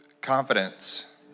confidence